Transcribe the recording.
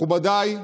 מכובדיי,